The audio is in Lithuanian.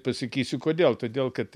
pasakysiu kodėl todėl kad